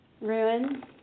Ruin